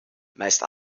meist